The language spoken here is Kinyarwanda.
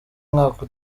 umwaka